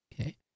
Okay